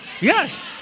Yes